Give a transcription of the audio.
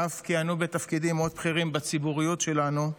שאף כיהנו בתפקידים מאוד בכירים בציבוריות שלנו,